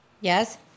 Yes